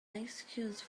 excuse